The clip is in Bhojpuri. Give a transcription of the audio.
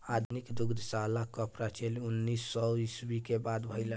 आधुनिक दुग्धशाला कअ प्रचलन उन्नीस सौ ईस्वी के बाद भइल